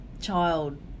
child